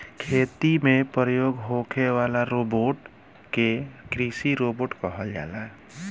खेती में प्रयोग होखे वाला रोबोट के कृषि रोबोट कहल जाला